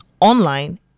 online